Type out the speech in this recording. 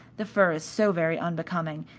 the fur is so very unbecoming,